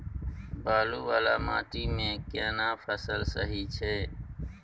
बालू वाला माटी मे केना फसल सही छै?